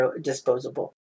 disposable